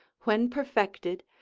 when perfected,